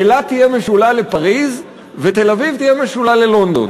אילת תהיה משולה לפריז ותל-אביב תהיה משולה ללונדון.